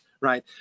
right